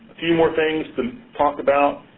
few more things to talk about.